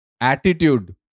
attitude